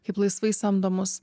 kaip laisvai samdomus